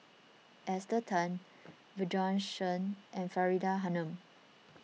Esther Tan Bjorn Shen and Faridah Hanum